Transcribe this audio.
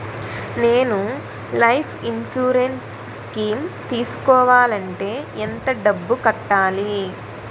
నేను life insurance scheme తీసుకోవాలంటే ఎంత డబ్బు కట్టాలి?